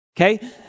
Okay